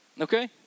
Okay